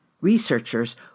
Researchers